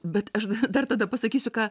bet aš dar tada pasakysiu ką